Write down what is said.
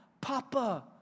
Papa